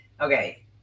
okay